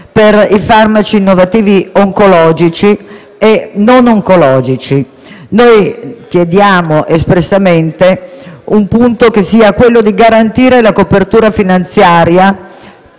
per i farmaci innovativi oncologici e non oncologici; noi chiediamo espressamente di garantire la copertura finanziaria